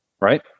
right